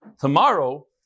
Tomorrow